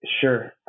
sure